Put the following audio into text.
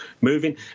moving